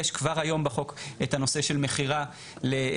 יש כבר היום בחוק את הנושא של מכירה לקמעונאי,